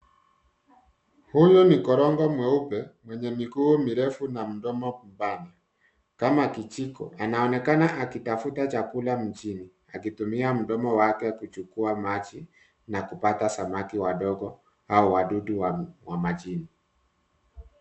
Huyu ni korongo mweupe mwenye miguu mirefu, na mdomo pana kama kijiko, anaonekana akitafuta chakula mjini, akitumia mdomo wake kuchukua maji na kupata samaki wadogo au wadudu wa majini.